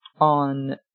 on